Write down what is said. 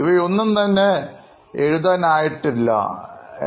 ഇവയൊന്നും തന്നെ എഴുതാൻ ആയിട്ടുള്ളതല്ല